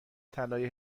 طلای